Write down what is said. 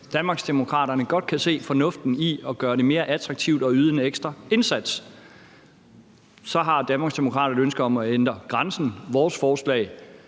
Danmarksdemokraterne godt kan se fornuften i at gøre det mere attraktivt at yde en ekstra indsats. Så har Danmarksdemokraterne et ønske om at ændre grænsen, mens vores forslag